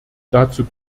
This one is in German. dazu